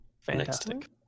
fantastic